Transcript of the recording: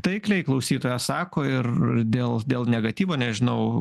taikliai klausytoja sako ir dėl dėl negatyvo nežinau